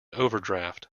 overdraft